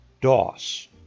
Doss